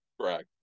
Correct